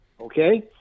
okay